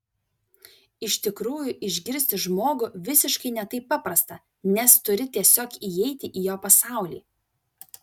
iš tikrųjų išgirsti žmogų visiškai ne taip paprasta nes turi tiesiog įeiti į jo pasaulį